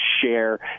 share